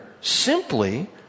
Simply